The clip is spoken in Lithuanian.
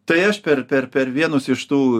tai aš per per per vienus iš tų